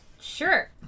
Sure